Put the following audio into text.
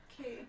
Okay